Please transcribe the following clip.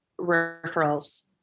referrals